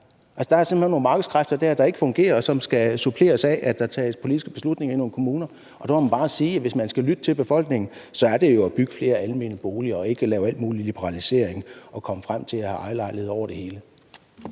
Der er simpelt hen nogle markedskræfter der, som ikke fungerer, og som skal suppleres af, at der tages politiske beslutninger i nogle kommuner. Der må man bare sige, at hvis man skal lytte til befolkningen, så skal der jo bygges flere almene boliger og ikke laves alt mulig liberalisering og nås frem til at have ejerlejligheder over det hele.